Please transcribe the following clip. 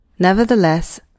Nevertheless